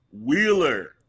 Wheeler